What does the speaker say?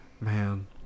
Man